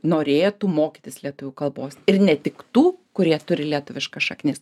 norėtų mokytis lietuvių kalbos ir ne tik tų kurie turi lietuviškas šaknis